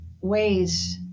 ways